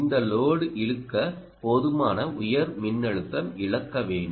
இந்த லோடு இழுக்க போதுமான உயர் மின்னழுத்தம் இழக்க வேண்டும்